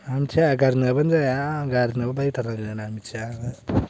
आं मिथिया गारि नङाबानो जाया आंनो गारि नङाबा बाइक होनांथारनांगोन आं मिथिया ओहो